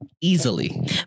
easily